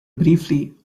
briefly